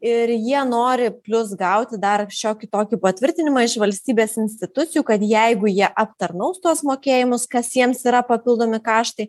ir jie nori plius gauti dar šiokį tokį patvirtinimą iš valstybės institucijų kad jeigu jie aptarnaus tuos mokėjimus kas jiems yra papildomi kaštai